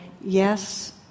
yes